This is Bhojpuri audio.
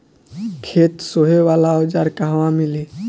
खेत सोहे वाला औज़ार कहवा मिली?